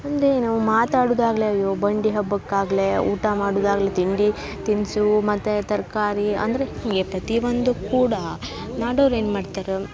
ಅಂದರೆ ನಾವು ಮಾತಾಡುದು ಆಗ್ಲಿ ಅಯ್ಯೋ ಬಂಡಿ ಹಬ್ಬಕ್ಕೆ ಆಗ್ಲಿ ಊಟ ಮಾಡುದು ಆಗ್ಲಿ ತಿಂಡಿ ತಿನಿಸು ಮತ್ತು ತರಕಾರಿ ಅಂದರೆ ಏ ಪ್ರತಿ ಒಂದು ಕೂಡ ನಾಡೋರು ಏನು ಮಾಡ್ತಾರೆ